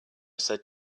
said